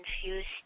confused